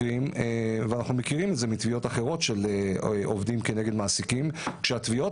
אנחנו מכירים את זה מתביעות אחרות של עובדים נגד מעסיקים שכשתביעות